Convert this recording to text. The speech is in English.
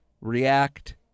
React